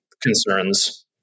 concerns